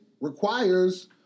requires